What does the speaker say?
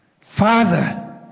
father